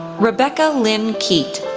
rebecca lynn keate,